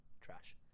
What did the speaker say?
trash